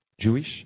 Jewish